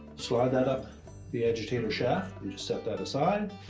slide that up the agitator shaft and just set that aside,